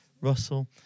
Russell